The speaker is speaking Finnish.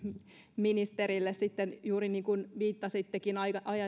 ministerille juuri niin kuin viittasittekin